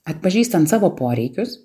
atpažįstant savo poreikius